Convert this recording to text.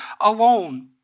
alone